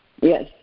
Yes